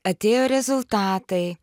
atėjo rezultatai